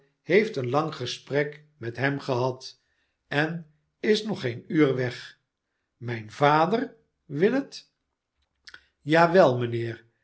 heeft een lang gesprek met hem gehad en is nog geen uur weg mijn vader willet ja wel mijnheer